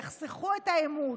יחסכו את העימות,